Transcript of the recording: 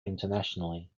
internationally